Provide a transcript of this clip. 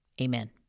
Amen